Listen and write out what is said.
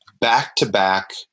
back-to-back